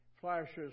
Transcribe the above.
flashes